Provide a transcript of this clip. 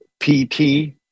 PT